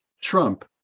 Trump